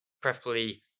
preferably